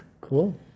Cool